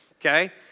okay